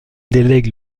délègue